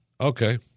Okay